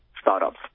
startups